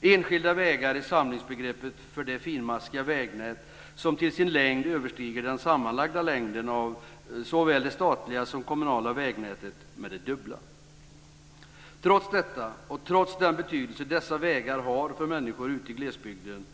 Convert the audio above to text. Enskilda vägar är samlingsbegreppet för det finmaskiga vägnät som till sin längd överstiger den sammanlagda längden av såväl det statliga som det kommunala vägnätet med det dubbla. Trots detta och trots den betydelse som dessa vägar har för människor ute i glesbygden